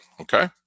Okay